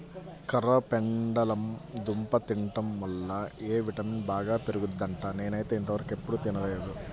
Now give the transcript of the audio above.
కర్రపెండలం దుంప తింటం వల్ల ఎ విటమిన్ బాగా పెరుగుద్దంట, నేనైతే ఇంతవరకెప్పుడు తినలేదు